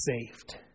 saved